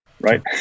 right